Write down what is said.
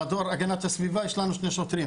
במדור הגנת הסביבה יש לנו שני שוטרים,